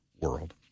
world